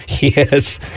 Yes